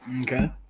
Okay